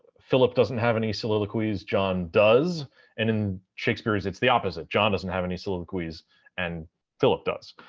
phillip doesn't have any soliloquies, john does. and in shakespeare's, it's the opposite. john doesn't have any soliloquies and phillip does.